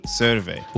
survey